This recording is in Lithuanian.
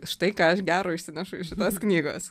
štai ką aš gero išsinešu iš šitos knygos